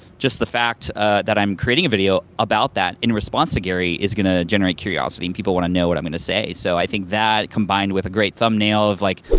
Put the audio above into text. just the fact that i'm creating a video about that in response to gary, is gonna generate curiosity and people wanna know what i'm gonna say. so, i think that combined with a great thumbnail of like,